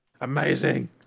Amazing